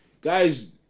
Guys